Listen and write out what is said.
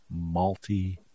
malty